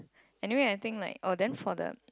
anyway I think like oh then for the